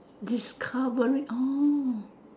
discovery orh